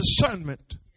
discernment